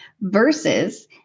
versus